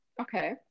okay